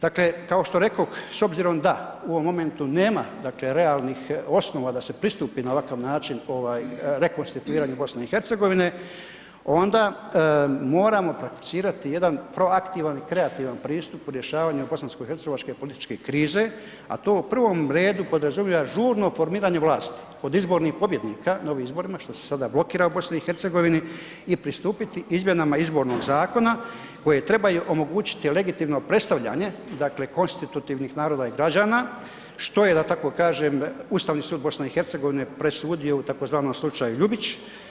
Dakle, kao što rekoh s obzirom da u ovom momentu nema dakle realnih osnova da se pristupi na ovakav način ovaj rekonstituiranju BiH onda moramo prakticirati jedan proaktivan i kreativan pristup u rješavanju Bosansko-hercegovačke političke krize, a to u prvom redu podrazumijeva žurno formiranje vlasti od izbornih pobjednika, na ovim izborima što se sada blokira u BiH i pristupiti izmjenama izbornog zakona koje trebaju omogućiti legitimno predstavljanje dakle konstitutivnih naroda i građana što je da tako kažem Ustavni sud BiH presudio u tzv. slučaju Ljubić.